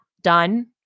done